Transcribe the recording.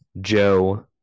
Joe